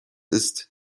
ist